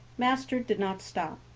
master did not stop.